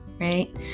right